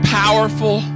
powerful